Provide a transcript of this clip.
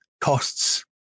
costs